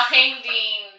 Finding